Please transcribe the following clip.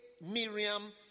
Miriam